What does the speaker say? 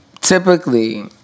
typically